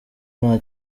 nta